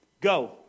Go